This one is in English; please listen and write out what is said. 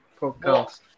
podcast